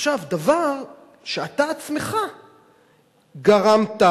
דבר שאתה עצמך גרמת